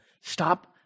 stop